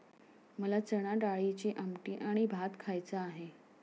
मला चणाडाळीची आमटी आणि भात खायचा आहे